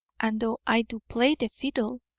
and though i do play the fiddle,